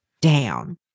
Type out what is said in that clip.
down